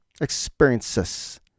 Experiences